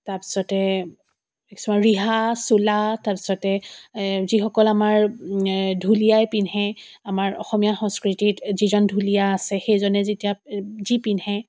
তাৰপিছতে ৰিহা চোলা তাৰপিছতে যিসকল আমাৰ ঢুলীয়াই পিন্ধে আমাৰ অসমীয়া সংস্কৃতিত যিজন ঢুলীয়া আছে সেইজনে যেতিয়া যি পিন্ধে